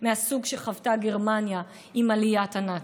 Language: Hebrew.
מהסוג שחוותה גרמניה עם עליית הנאצים.